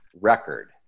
record